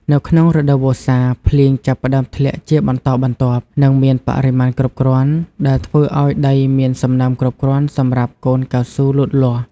នៅក្នុងរដូវវស្សា ភ្លៀងចាប់ផ្តើមធ្លាក់ជាបន្តបន្ទាប់ និងមានបរិមាណគ្រប់គ្រាន់ ដែលធ្វើឱ្យដីមានសំណើមគ្រប់គ្រាន់សម្រាប់កូនកៅស៊ូលូតលាស់។